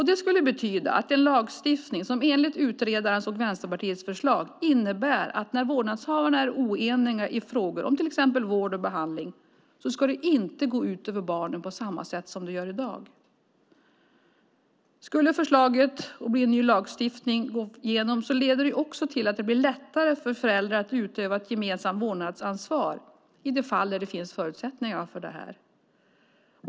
Det skulle betyda en lagstiftning som enligt utredarens och Vänsterpartiets förslag innebär att det inte ska gå ut över barnen på samma sätt som det gör i dag när vårdnadshavarna är oeniga i frågor om till exempel vård och behandling. Skulle förslaget om en ny lagstiftning gå igenom leder det också till att det blir lättare för föräldrar att utöva ett gemensamt vårdnadsansvar i de fall där det finns förutsättningar för detta.